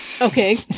Okay